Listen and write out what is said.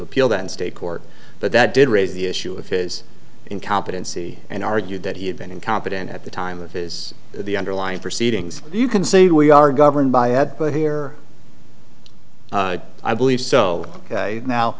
appeal that state court but that did raise the issue of his incompetency and argue that he had been incompetent at the time of his the underlying proceedings you can say we are governed by ad but here i believe so